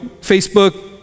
Facebook